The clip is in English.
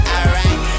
Alright